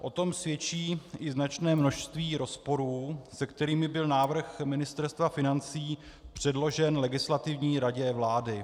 O tom svědčí i značné množství rozporů, se kterými byl návrh Ministerstva financí předložen Legislativní radě vlády.